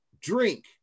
drink